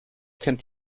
kennt